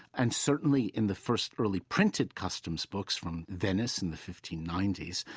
and certainly in the first early printed customs books from venice in the fifteen ninety s,